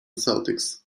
celtics